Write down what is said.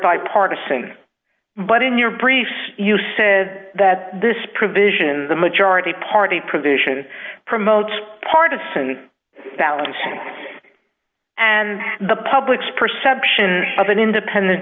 bipartisan but in your brief you said that this provision in the majority party provision promotes partisan balance and the public's perception of an independent